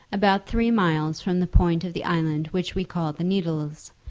about three miles from the point of the island which we call the needles,